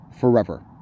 forever